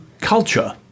culture